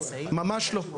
ממש לא.